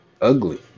ugly